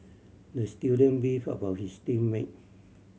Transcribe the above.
the student beefed about his team mate